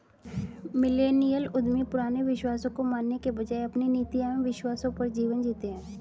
millennial उद्यमी पुराने विश्वासों को मानने के बजाय अपने नीति एंव विश्वासों पर जीवन जीते हैं